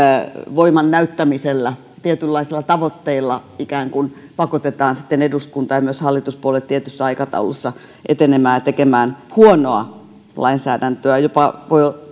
voiman näyttämisellä tietynlaisilla tavoitteilla pakotetaan sitten eduskunta ja myös hallituspuolueet tietyssä aikataulussa etenemään ja tekemään huonoa lainsäädäntöä